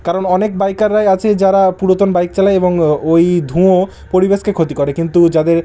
কারণ অনেক বাইকাররাই আছে যারা পুরাতন বাইক চালায় এবং ওই ধোঁয়া পরিবেশকে ক্ষতি করে কিন্তু যাদের